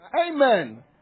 Amen